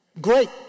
Great